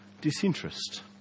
disinterest